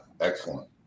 excellent